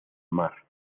mar